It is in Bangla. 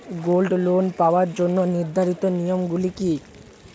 গোল্ড লোন পাওয়ার জন্য নির্ধারিত নিয়ম গুলি কি?